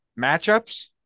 matchups